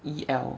e l